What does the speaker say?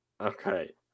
Okay